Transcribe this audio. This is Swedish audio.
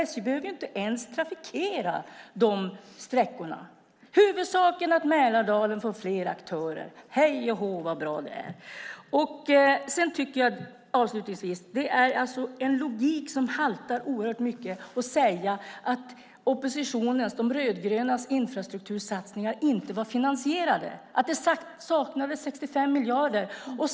SJ behöver ju inte ens trafikera de sträckorna. Huvudsaken är att Mälardalen får fler aktörer - hej å hå vad bra det är! Avslutningsvis tycker jag att det är en logik som haltar oerhört mycket när man säger att oppositionens, de rödgrönas, infrastruktursatsningar inte var finansierade, att det saknades 65 miljarder.